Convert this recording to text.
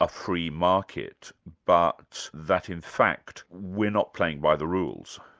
a free market, but that in fact we're not playing by the rules?